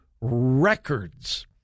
records